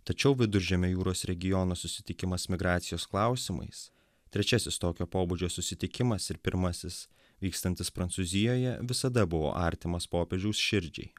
tačiau viduržemio jūros regiono susitikimas migracijos klausimais trečiasis tokio pobūdžio susitikimas ir pirmasis vykstantis prancūzijoje visada buvo artimas popiežiaus širdžiai